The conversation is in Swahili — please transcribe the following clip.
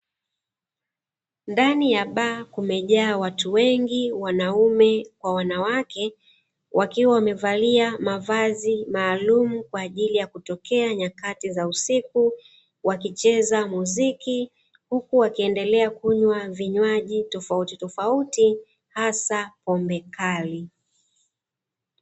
Ndani ya baa kumejaa watu wengi wanaume kwa wanawake, wakiwa wamevalia mavazi maalum kwa ajili ya kutokea nyakati za usiku wakicheza muziki, huku wakiendelea kunywa vinywaji tofauti tofauti hasa pombe kali.